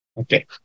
Okay